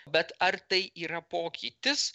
bet ar tai yra pokytis